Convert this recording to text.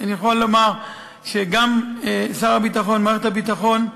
אני יכול לומר שגם שר הביטחון, מערכת הביטחון,